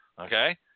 Okay